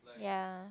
ya